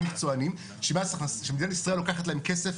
מקצעוניים שמדינת ישראל לוקחת להם כסף,